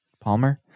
Palmer